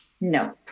No